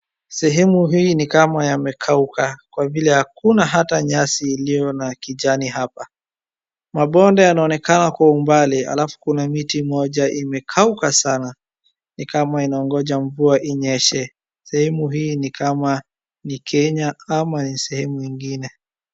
Sehemu hii ni kama yamekauka kwa vile hakuna ata nyasi iliyo na kijani hapa. Mabonde yanaonekana kwa umbali alafu kuna miti moja imekauka sana ni kama inaongija mvua inyeshe. Sehemu hii ni kama Kenya ama sehemu ingine.